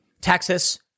Texas